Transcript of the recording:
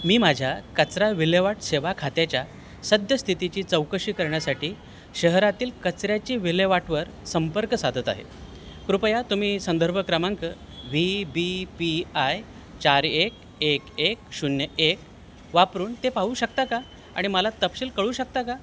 मी माझ्या कचरा विल्हेवाट सेवा खात्याच्या सद्यस्थितीची चौकशी करण्यासाठी शहरातील कचऱ्याची विल्हेवाटवर संपर्क साधत आहे कृपया तुम्ही संदर्भ क्रमांक व्ही बी पी आय चार एक एक एक शून्य एक वापरून ते पाहू शकता का आणि मला तपशील कळवू शकता का